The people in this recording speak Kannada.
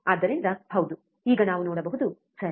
ಆದ್ದರಿಂದ ಹೌದು ಈಗ ನಾವು ನೋಡಬಹುದು ಸರಿ